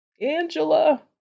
Angela